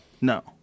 No